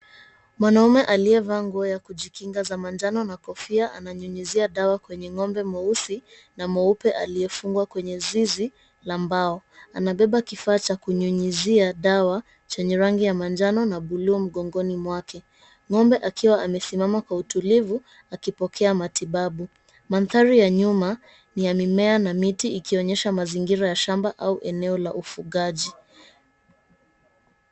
Mwanaume aliyevaa nguo ya kujikinga za manjano na kofia, ananyunyizia dawa kwenye ng'ombe mweusi na mweupe aliyefungwa kwenye zizi la mbao. Anabeba kifaa cha kunyunyizia dawa chenye rangi ya manjano na buluu mgongoni mwake. Ng'ombe akiwa amesimama kwa utulivu akipokea matibabu. Mandhari ya nyuma ni ya mimea na miti ikionyesha mazingira ya shamba au eneo la ufugaji.